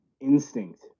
instinct